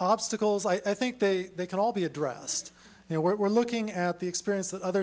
obstacles i think they they can all be addressed you know what we're looking at the experience that other